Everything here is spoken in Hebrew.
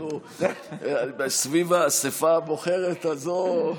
אנחנו סביב האספה הבוחרת הזאת,